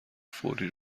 فوری